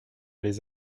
les